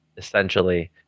Essentially